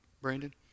Brandon